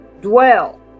dwell